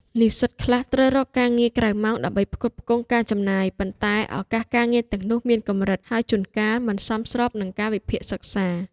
និស្សិតខ្លះត្រូវរកការងារក្រៅម៉ោងដើម្បីផ្គត់ផ្គង់ការចំណាយ ប៉ុន្តែឱកាសការងារទាំងនោះមានកម្រិត ហើយជួនកាលមិនសមស្របនឹងកាលវិភាគសិក្សា។